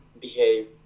behave